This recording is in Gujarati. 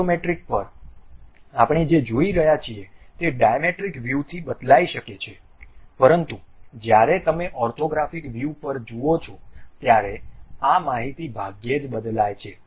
આઇસોમેટ્રિક પર આપણે જે જોઇ રહ્યા છીએ તે ડાયમેટ્રિક વ્યૂ થી બદલાઇ શકે છે પરંતુ જ્યારે તમે ઓર્થોગ્રાફિક વ્યુ પર જુઓ છો ત્યારે આ માહિતી ભાગ્યે જ બદલાય છે